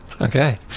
Okay